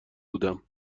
بودم